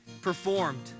performed